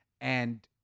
and-